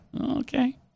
Okay